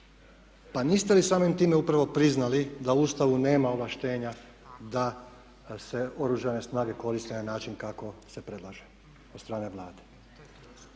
Pa niste li samim time upravo priznali da u Ustavu nema ovlaštenja da se Oružane snage koriste na način kako se predlaže od strane Vlade?